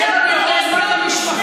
ושיהיה לנו יותר זמן למשפחה,